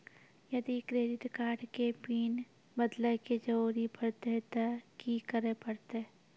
यदि credit card के PIN बदले के जरूरी परतै ते की करे परतै?